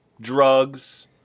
drugs